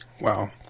Wow